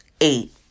eight